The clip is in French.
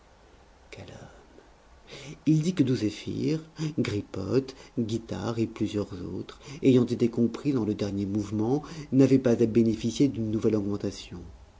quel homme il dit que douzéphir gripothe guitare et plusieurs autres ayant été compris dans le dernier mouvement n'avaient pas à bénéficier d'une nouvelle augmentation